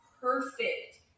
perfect